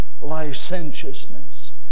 licentiousness